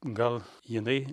gal jinai